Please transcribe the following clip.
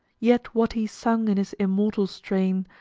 yet what he sung in his immortal strain,